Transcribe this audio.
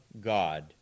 God